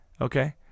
okay